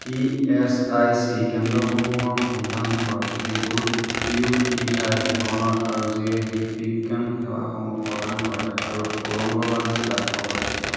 ESIC কেন্দ্ৰসমূহৰ সন্ধান কৰক যিবোৰ ইউ টি আই ধৰণৰ আৰু যিয়ে হৃদ বিজ্ঞান সেৱাসমূহ প্ৰদান কৰে আৰু ঔৰংগবাদ জিলাত অৱস্থিত